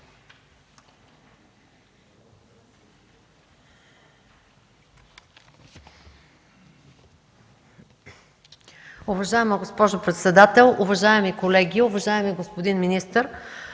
Уважаема госпожо председател, уважаеми колеги, уважаеми господин министър!